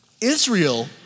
Israel